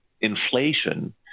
inflation